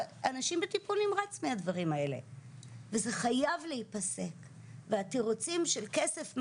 אנשים בטיפול נמרץ מהדברים האלה וזה חייב להיפסק והתירוצים של כסף,